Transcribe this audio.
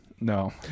no